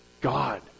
God